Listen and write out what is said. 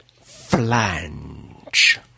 Flange